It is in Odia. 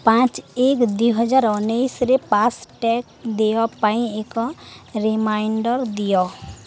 ପାଞ୍ଚ ଏକ ଦୁଇହଜାର ଅନେଇଶରେ ପାସ୍ଟ୍ୟାଗ୍ ଦେୟ ପାଇଁ ଏକ ରିମାଇଣ୍ଡର୍ ଦିଅ